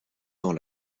dans